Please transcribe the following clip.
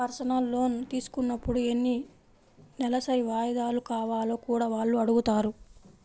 personal loan తీసుకున్నప్పుడు ఎన్ని నెలసరి వాయిదాలు కావాలో కూడా వాళ్ళు అడుగుతారు